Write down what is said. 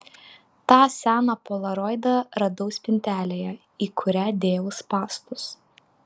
tą seną polaroidą radau spintelėje į kurią dėjau spąstus